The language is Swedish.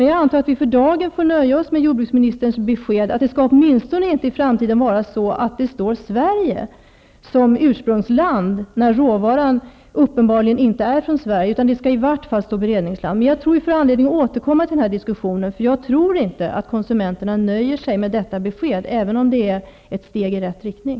Jag antar att vi för dagen får nöja oss med jordbruksministerns besked att det i framtiden åtminstone inte skall stå Sverige angivet som ursprungsland när råvaran uppenbarligen inte är från Sverige. Sverige skall då i vart fall anges som beredningsland. Jag förmodar att vi får anledning att återkomma till här diskussionen. Jag tror nämligen inte att konsumenterna nöjer sig med detta besked, även om det är ett steg i rätt riktning.